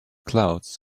clouds